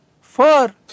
four